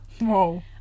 Whoa